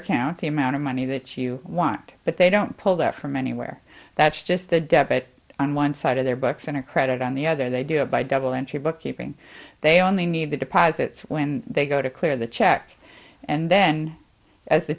account the amount of money that you want but they don't pull that from anywhere that's just the debit on one side of their bucks and a credit on the other they do it by double entry bookkeeping they only need the deposit when they go to clear the check and then as the